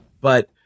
But-